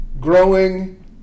growing